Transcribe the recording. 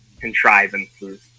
contrivances